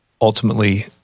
ultimately